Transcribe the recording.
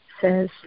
says